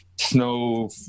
snow